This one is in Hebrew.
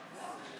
לוי